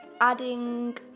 adding